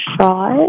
shot